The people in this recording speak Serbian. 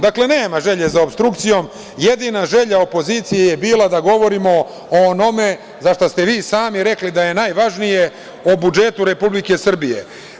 Dakle, nema želje za opstrukcijom, jedina želja opozicije je bila da govorimo o onome za šta ste vi sami rekli da je najvažnije, o budžetu Republike Srbije.